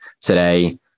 today